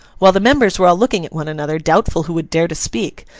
while the members were all looking at one another, doubtful who would dare to speak,